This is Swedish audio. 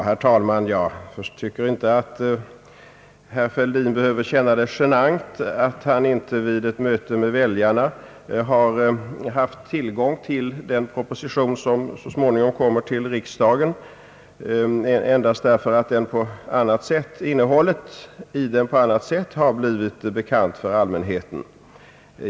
Herr talman! Jag tycker inte att herr Fäldin behöver känna det genant att han inte vid ett möte med sina väljare har haft tillgång till en proposition som så småningom kommer till riksdagen men vars innehåll på annat sätt har blivit bekant för allmänheten.